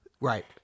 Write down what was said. right